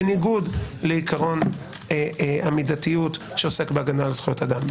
בניגוד לעיקרון המידתיות שעוסק בהגנה על זכויות אדם,